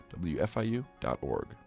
wfiu.org